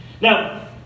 Now